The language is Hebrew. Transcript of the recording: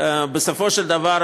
בסופו של דבר,